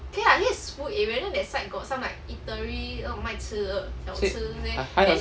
eh 还好是